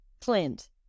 Clint